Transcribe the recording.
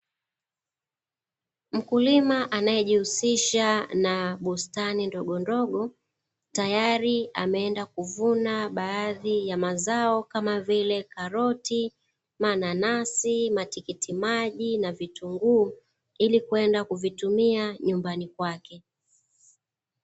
Mkulima anayejihusisha na bustani ndogondogo, tayari ameenda kuvuna baadhi ya mazao kama vile karoti, mananasi, matikitimaji na vitunguu, ili kwenda kuvitumia nyumbani kwake.